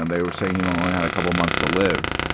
and they were saying he only had a couple months to live.